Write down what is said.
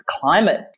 climate